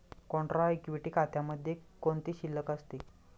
Contra equity खात्यामध्ये कोणती शिल्लक असते?